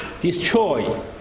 destroy